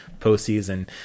postseason